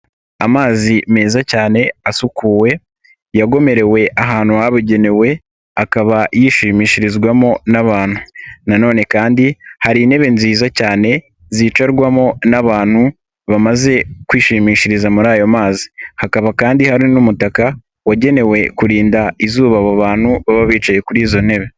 Amazi meza cyane asukuwe yagomerewe ahantu habugenewe, akaba yishimishirizwamo n'abantu. na none kandi hari intebe nziza cyane zicarwamo n'abantu, bamaze kwishimishiriza muri ayo mazi. Hakaba kandi hari n'umutaka wagenewe kurinda izuba abo bantu baba bicaye kuri izo ntebe.